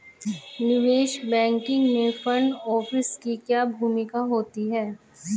निवेश बैंकिंग में front office की क्या भूमिका होती है?